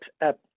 app